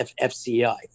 FCI